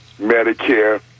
Medicare